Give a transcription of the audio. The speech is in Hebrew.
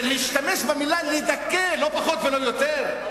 להשתמש במלה "לדכא", לא פחות ולא יותר?